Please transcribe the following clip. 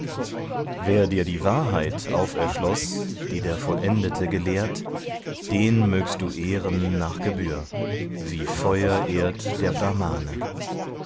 wer dir die wahrheit auferschloß die der vollendete gelehrt den mögst du ehren nach gebühr wie feuer ehrt der brhmane